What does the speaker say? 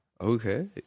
Okay